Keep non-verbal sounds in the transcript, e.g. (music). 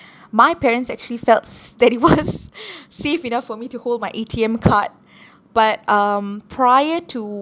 my parents actually felt s~ that it was (laughs) safe enough for me to hold my A_T_M card but um prior to